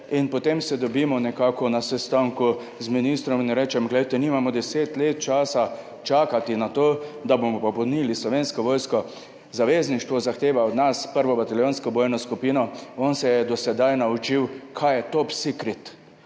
in potem se dobimo nekako na sestanku z ministrom in rečem: "Glejte, nimamo deset let časa čakati na to, da bomo popolnili Slovensko vojsko. Zavezništvo zahteva od nas prvo bataljonsko bojno skupino." On se je do sedaj naučil kaj je to top secret